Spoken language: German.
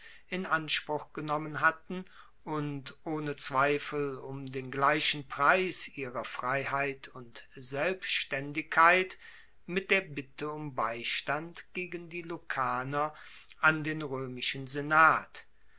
in anspruch genommen hatten und ohne zweifel um den gleichen preis ihrer freiheit und selbstaendigkeit mit der bitte um beistand gegen die lucaner an den roemischen senat